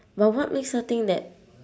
but what makes her think that